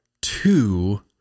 two